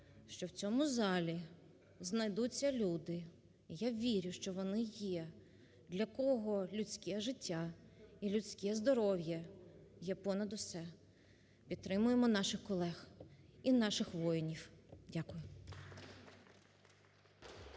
що в цьому залі знайдуться люди, я вірю, що вони є, для кого людське життя і людське здоров'я є понад усе. Підтримаємо наших колег і наших воїнів. Дякую.